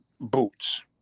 boots